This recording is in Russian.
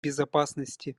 безопасности